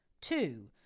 Two